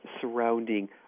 surrounding